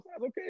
Okay